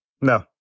No